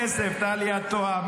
זה לא כסף, טלי, את טועה.